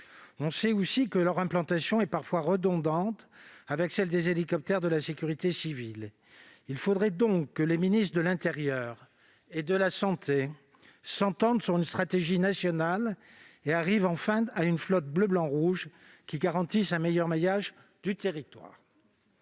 On sait aussi que leur implantation est parfois redondante avec celle des hélicoptères de la sécurité civile. Il faudrait donc que les ministères de l'intérieur et de la santé s'entendent sur une stratégie nationale et arrivent enfin à une flotte bleu-blanc-rouge qui garantisse un meilleur maillage du territoire.